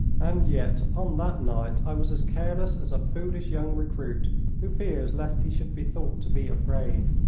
and yet upon that night i was as careless as a foolish young recruit who fears lest he should be thought to be afraid.